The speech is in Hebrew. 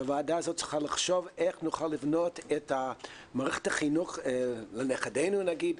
הוועדה הזאת צריכה לחשוב איך נוכל לבנות את מערכת החינוך לנכדינו נגיד,